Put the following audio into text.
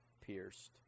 pierced